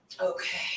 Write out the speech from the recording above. okay